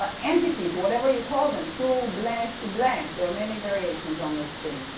ah entities, whatever you call them, to blank to blank, there are many variations on this thing.